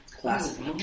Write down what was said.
classic